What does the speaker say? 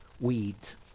weeds